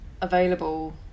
available